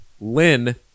Lynn